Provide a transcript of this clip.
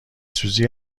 سوزی